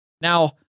Now